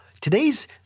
today's